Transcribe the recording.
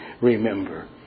remember